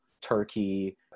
Turkey